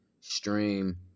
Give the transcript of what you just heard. stream